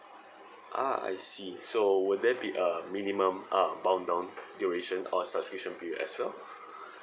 ah I see so would there be a minimum uh bound on duration or subscription period as well